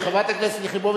חברת הכנסת יחימוביץ,